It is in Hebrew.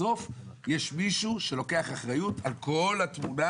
בסוף יש מישהו שלוקח אחריות על כל התמונה